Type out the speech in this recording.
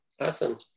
Awesome